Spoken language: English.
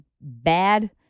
bad